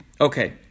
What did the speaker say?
Okay